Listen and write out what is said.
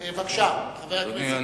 בבקשה, חבר הכנסת גילאון.